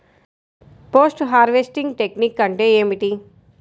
Post harvesting technique అంటే ఏమిటీ?